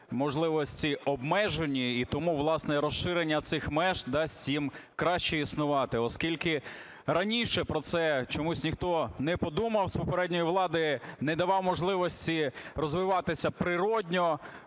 можливості обмежені. І тому, власне, і розширення цих меж дасть їм краще існувати, оскільки раніше про це чомусь ніхто не подумав з попередньої влади, не давав можливості розвиватися природно,